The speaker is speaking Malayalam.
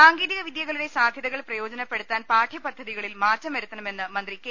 സാങ്കേതിക വിദ്യകളുടെ സാധ്യതകൾ പ്രയോജനപ്പെടുത്താൻ പാഠ്യപദ്ധതികളിൽ മാറ്റം വരുത്തണമെന്ന് മന്ത്രി കെ